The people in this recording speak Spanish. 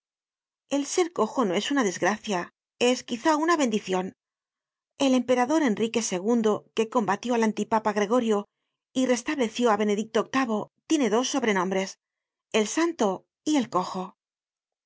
el serojo no es una desgracia es quizá una bendicion el emperador enriqueii que combatió al antipapa gregorio y restableció á benedicto viii tiene dos sobrenombres el santo y el cojo es